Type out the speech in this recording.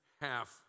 half